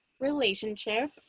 relationship